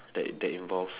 that that involves